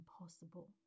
impossible